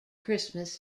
christmas